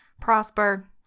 prosper